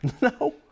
No